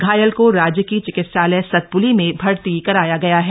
घायल को राजकीय चिकित्सालय सतपूली में भर्ती कराया गया है